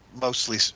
mostly